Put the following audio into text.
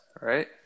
right